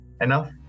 enough